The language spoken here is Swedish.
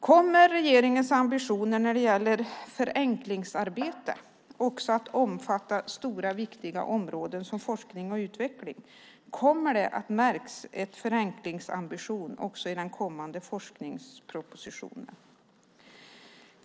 Kommer regeringens ambitioner när det gäller förenklingsarbete också att omfatta stora och viktiga områden som forskning och utveckling? Kommer det att märkas en förenklingsambition också i den kommande forskningspropositionen?